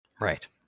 Right